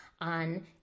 on